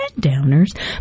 downers